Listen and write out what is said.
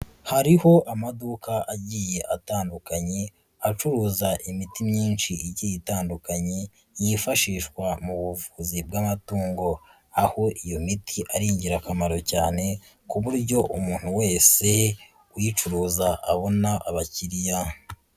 Hariho amaduka agiye atandukanye acuruza imiti myinshi igiye itandukanye yifashishwa mu buvuzi bw'amatungo, aho iyo miti ari ingirakamaro cyane ku buryo umuntu wese uyicuruza abona abakiriya.